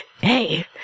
Hey